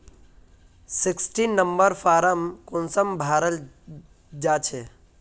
Sixteen number form कुंसम भराल जाछे?